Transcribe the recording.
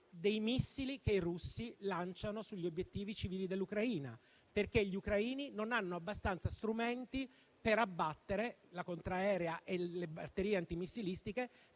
dei missili che i russi lanciano sugli obiettivi civili dell'Ucraina, perché non hanno abbastanza strumenti (la contraerea e le batterie anti-missile)